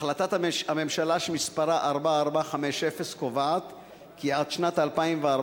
החלטת הממשלה, שמספרה 4450, קובעת כי עד שנת 2014,